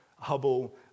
Hubble